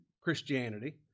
Christianity